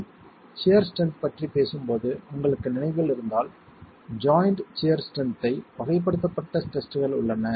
நாம் shear strength பற்றி பேசும் போது உங்களுக்கு நினைவில் இருந்தால் ஜாய்ண்ட் சியர் ஸ்ட்ரென்த் ஐ வகைப்படுத்த டெஸ்ட்கள் உள்ளன